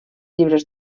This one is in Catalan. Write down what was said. llibres